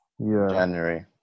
January